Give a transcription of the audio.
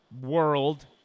world